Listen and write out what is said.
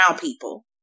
people